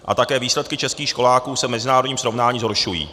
A také výsledky českých školáků se v mezinárodním srovnání zhoršují.